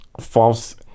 False